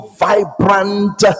vibrant